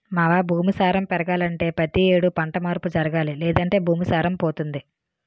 మావా భూమి సారం పెరగాలంటే పతి యేడు పంట మార్పు జరగాలి లేదంటే భూమి సారం పోతుంది